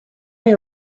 est